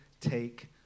take